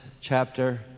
chapter